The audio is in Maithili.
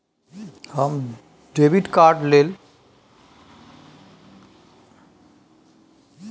हम डेबिट कार्ड लेब के छि, आवेदन केना होतै से कनी बता दिय न?